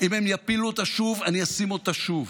אם הם יפילו אותה שוב, אני אשים אותה שוב.